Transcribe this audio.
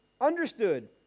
understood